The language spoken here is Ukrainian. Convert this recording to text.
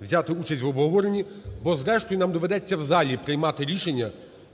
взяти участь в обговоренні, бо зрештою нам доведеться в залі приймати рішення.